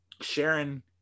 Sharon